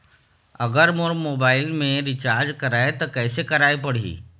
अगर मोर मोबाइल मे रिचार्ज कराए त कैसे कराए पड़ही?